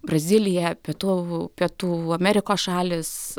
brazilija pietų pietų amerikos šalys